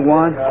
one